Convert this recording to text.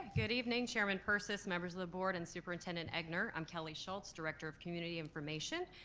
good evening chairman persis, members or the board and superintendent egnor, i'm kelly schulz, director of community information.